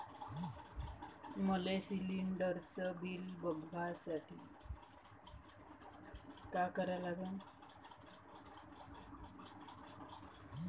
मले शिलिंडरचं बिल बघसाठी का करा लागन?